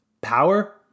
power